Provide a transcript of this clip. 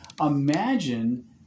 Imagine